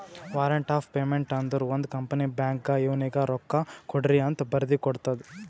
warrant of payment ಅಂದುರ್ ಒಂದ್ company ಬ್ಯಾಂಕ್ಗ್ ಇವ್ನಿಗ ರೊಕ್ಕಾಕೊಡ್ರಿಅಂತ್ ಬರ್ದಿ ಕೊಡ್ತದ್